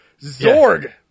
Zorg